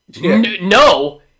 no